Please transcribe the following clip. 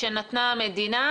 שנתנה המדינה?